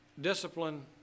Discipline